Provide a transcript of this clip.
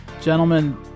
Gentlemen